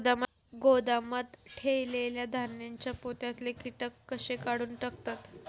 गोदामात ठेयलेल्या धान्यांच्या पोत्यातले कीटक कशे काढून टाकतत?